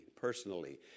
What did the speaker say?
personally